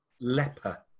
leper